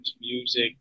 music